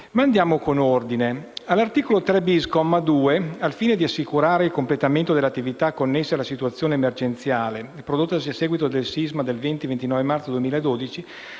Ma andiamo con ordine. L'articolo 3-*bis*, comma 2, al fine di assicurare il completamento delle attività connesse alla situazione emergenziale prodottasi a seguito del sisma del 20-29 maggio 2012,